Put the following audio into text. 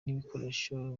n’ibikoresho